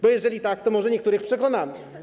Bo jeżeli tak, to może niektórych przekonamy.